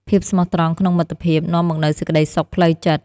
ភាពស្មោះត្រង់ក្នុងមិត្តភាព នាំមកនូវសេចក្តីសុខផ្លូវចិត្ត។